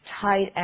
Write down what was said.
tight